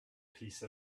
piece